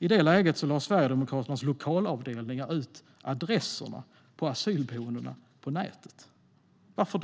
I det läget lade Sverigedemokraternas lokalavdelningar ut adresserna på asylboendena på nätet. Varför?